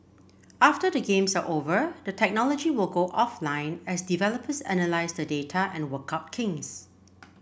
after the games are over the technology will go offline as developers analyse the data and work out kinks